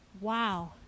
wow